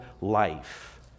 life